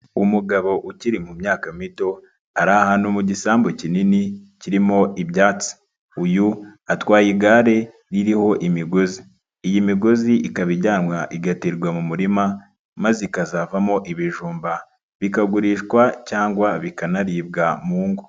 Umugabo ukiri mu myaka mito ari ahantu mu gisambu kinini kirimo ibyatsi, uyu atwaye igare ririho imigozi, iyi migozi ikaba ijyanwa igaterwa mu murima maze ikazavamo ibijumba, bikagurishwa cyangwa bikanaribwa mu ngo.